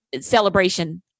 celebration